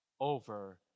over